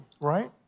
right